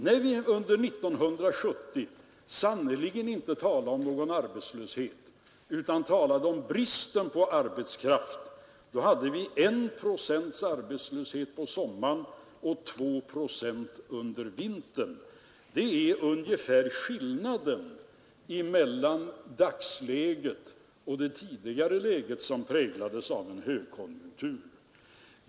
När vi under 1970 sannerligen inte talade om någon arbetslöshet utan om brist på arbetskraft, hade vi I procents arbetslöshet på sommaren och 2 procents arbetslöshet under vintern. Det är ungefär skillnaden mellan dagsläget och det tidigare läget, som präglades av en högkonjunktur.